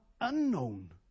unknown